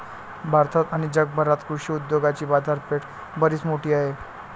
भारतात आणि जगभरात कृषी उद्योगाची बाजारपेठ बरीच मोठी आहे